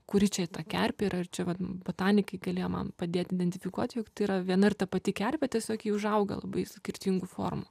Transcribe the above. kuri čia ta kerpė ir ar čia va botanikai galėjo man padėt identifikuot juk tai yra viena ir ta pati kerpė tiesiog ji užauga labai skirtingų formų